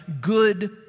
good